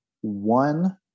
one